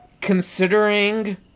Considering